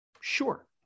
Sure